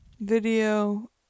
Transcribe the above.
video